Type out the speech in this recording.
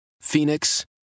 Phoenix